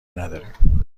نداریم